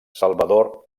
salvador